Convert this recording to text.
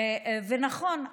נכון,